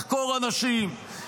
לחקור אנשים,